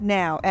now